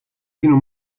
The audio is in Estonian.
sinu